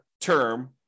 term